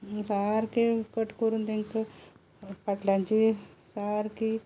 सारके कट करून तांकां पाटल्यांची सारकी